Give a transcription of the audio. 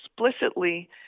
explicitly